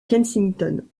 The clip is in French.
kensington